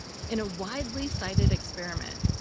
in a widely cited experiment,